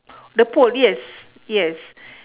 the pole yes yes